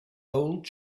old